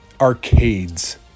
arcades